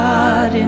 God